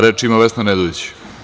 Reč ima Vesna Nedović.